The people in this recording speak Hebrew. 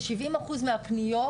כ-70 אחוז מהפניות,